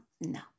No